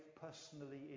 personally